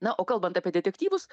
na o kalbant apie detektyvus